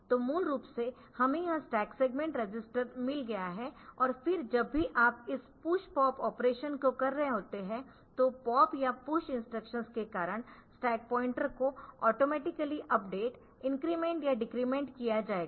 तो मूल रूप से हमें यह स्टैक सेगमेंट रजिस्टर मिल गया है और फिर जब भी आप इस पुश पॉप ऑपरेशन को कर रहे होते है तो पॉप या पुश इंस्ट्रक्शंस के कारण स्टैक पॉइंटर को ऑटोमेटिकली अपडेट इंक्रीमेंट या डेक्रेमेंट किया जाएगा